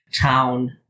town